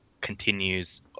continues